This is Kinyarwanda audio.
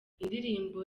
indirimbo